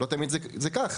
לא תמיד זה כך.